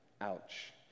Ouch